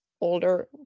older